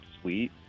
sweet